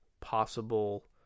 possible